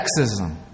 sexism